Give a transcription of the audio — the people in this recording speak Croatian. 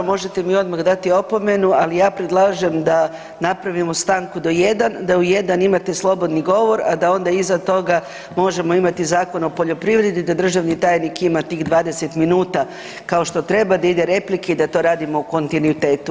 Možete mi odmah dati opomenu, ali ja predlažem da napravimo stanku do 1, da u 1 imate slobodni govor a da onda iza toga možemo imati Zakon o poljoprivredi, da državni tajnik ima tih 20 minuta kao što treba, da ide replike i da to radimo u kontinuitetu.